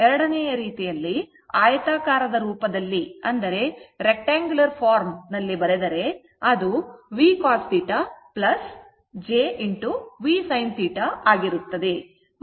ಈಗ ಆಯತಾಕಾರದ ರೂಪದಲ್ಲಿ ಬರೆದರೆ ಅದು v cos θ j v sin θ ಆಗಿರುತ್ತದೆ